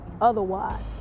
otherwise